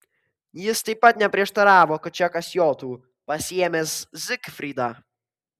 jis taip pat neprieštaravo kad čekas jotų pasiėmęs zigfridą